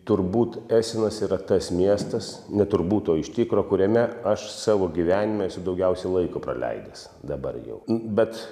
turbūt esenas yra tas miestas ne turbūt o iš tikro kuriame aš savo gyvenime esu daugiausiai laiko praleidęs dabar jau bet